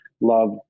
love